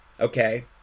Okay